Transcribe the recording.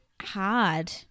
hard